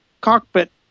cockpit